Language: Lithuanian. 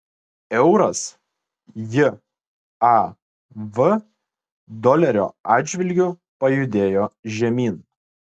euras jav dolerio atžvilgiu pajudėjo žemyn